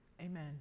Amen